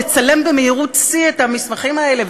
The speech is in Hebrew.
לצלם במהירות שיא את המסמכים האלה,